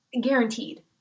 guaranteed